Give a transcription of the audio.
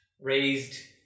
raised